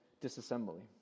disassembly